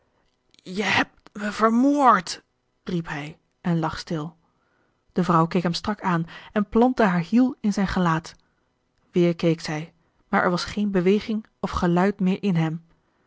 je hebt me vermoord riep hij en lag stil de vrouw keek hem strak aan en plantte haar hiel in zijn gelaat weer keek zij maar er was geen beweging of geluid meer in hem